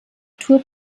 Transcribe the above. tour